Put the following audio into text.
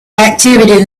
activity